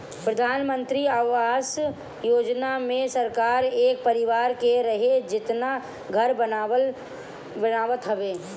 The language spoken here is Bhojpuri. प्रधानमंत्री आवास योजना मे सरकार एक परिवार के रहे जेतना घर बनावत हवे